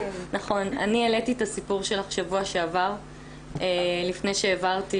אני העליתי את הסיפור שלך שבוע שעבר לפני שהעברתי